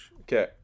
Okay